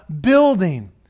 building